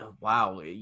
wow